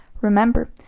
Remember